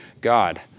God